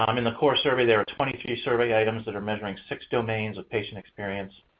um in the core survey, there are twenty two survey items that're measuring six domains of patient experience.